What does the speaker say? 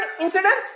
incidents